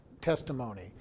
testimony